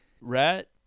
Rat